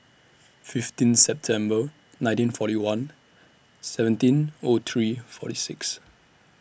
fifteen September nineteen forty one seventeen O three forty six